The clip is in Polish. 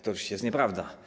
To oczywiście jest nieprawda.